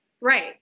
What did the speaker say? Right